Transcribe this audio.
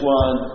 one